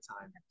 time